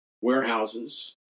warehouses